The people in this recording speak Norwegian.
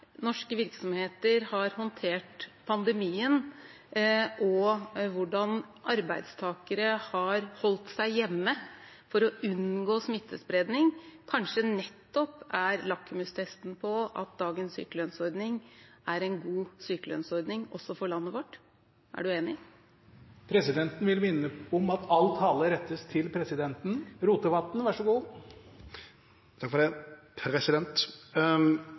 norske virksomheter har håndtert pandemien, og hvordan arbeidstakere har holdt seg hjemme for å unngå smittespredning, kanskje nettopp er lakmustesten på at dagens sykelønnsordning er en god sykelønnsordning også for landet vårt. Er du enig? Presidenten vil minne om at all tale rettes til presidenten. Takk for det, president!